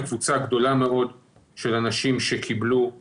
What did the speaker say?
לקבוצה גדולה מאוד של אנשים שקיבלו פלצבו,